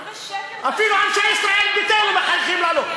איזה שקר, אפילו אנשי ישראל ביתנו מחייכים אלינו.